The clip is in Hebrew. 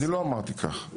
לא אמרתי כך.